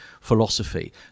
philosophy